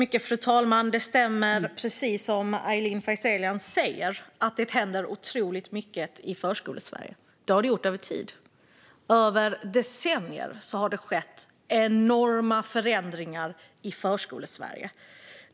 Fru talman! Det Aylin Fazelian säger stämmer; det händer otroligt mycket i Förskolesverige. Det har det gjort under lång tid. Under decennier har det skett enorma förändringar i Förskolesverige.